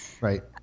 Right